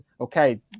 okay